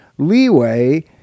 leeway